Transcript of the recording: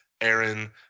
Aaron